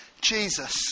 Jesus